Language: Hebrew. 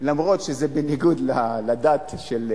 אף-על-פי שזה בניגוד לדת של,